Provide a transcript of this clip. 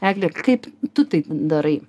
egle kaip tu tai darai